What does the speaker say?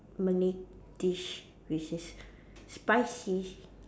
Malay dish which is spicy